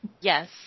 Yes